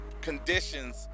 conditions